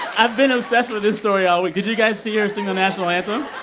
i've been obsessed with this story all did you guys see her sing the national anthem?